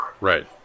Right